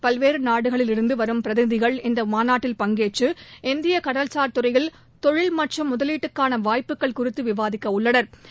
பல்வேறுநாடுகளிலிருந்துவரும் பிரதிநிதிகள் இந்தமாநாட்டில் பங்கேற்று இந்தியகடல்சார் துறையில் தொழில் மற்றும் முதலீட்டுக்கானவாய்ப்புகள் குறித்துவிவாதிக்கவுள்ளனா்